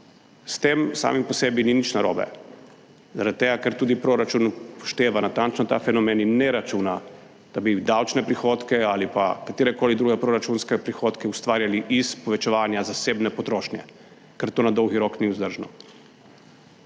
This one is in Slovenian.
S tem samim po sebi ni nič narobe, zaradi tega ker tudi proračun upošteva natančno ta fenomen in ne računa, da bi davčne prihodke ali pa katerekoli druge proračunske prihodke ustvarjali iz povečevanja zasebne potrošnje, ker to na dolgi rok ni vzdržno.